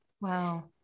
Wow